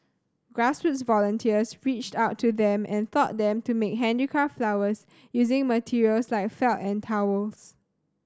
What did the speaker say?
grassroots volunteers reached out to them and taught them to make handicraft flowers using materials like felt and towels